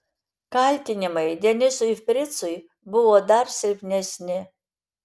kaltinimai denisui fricui buvo dar silpnesni